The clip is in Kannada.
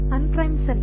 ಅನ್ಪ್ರೈಮ್ ಸರಿ